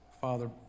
Father